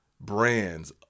brands